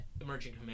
emerging